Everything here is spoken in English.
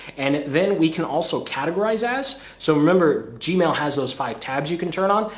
and then we can also categorize us. so, remember, gmail has those five tabs you can turn on.